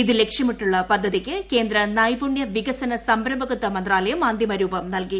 ഇത് ലക്ഷ്യമിട്ടുള്ള പദ്ധതിക്ക് കേന്ദ്ര നൈപുണ്യ വികസന സംരംഭകത്വ മന്ത്രാലയം അന്തിമരൂപം നൽകി